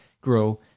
grow